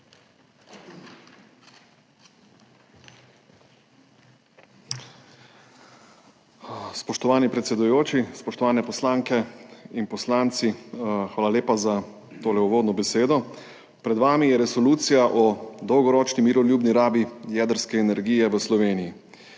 Spoštovani predsedujoči, spoštovane poslanke in poslanci! Hvala lepa za tole uvodno besedo. Pred vami je resolucija o dolgoročni miroljubni rabi jedrske energije v Sloveniji.